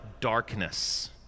darkness